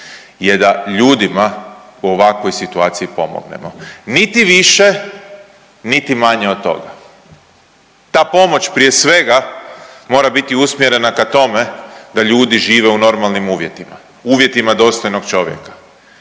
je da ljudima u ovakvoj situaciji pomognemo. Niti više niti manje od toga. Ta pomoć prije svega mora biti usmjerena ka tome da ljudi žive u normalnim uvjetima, uvjetima dostojnog čovjeka,